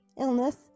illness